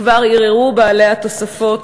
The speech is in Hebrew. כבר ערערו "בעלי התוספות",